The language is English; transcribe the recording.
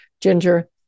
ginger